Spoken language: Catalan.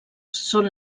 són